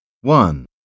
One